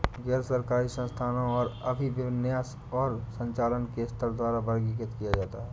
गैर सरकारी संगठनों को अभिविन्यास और संचालन के स्तर द्वारा वर्गीकृत किया जाता है